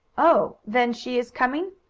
oh, then she is coming?